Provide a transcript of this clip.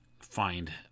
find